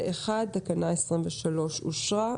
פה-אחד, תקנה 23 אושרה.